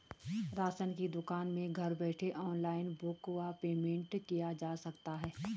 Ration की दुकान में घर बैठे ऑनलाइन बुक व पेमेंट किया जा सकता है?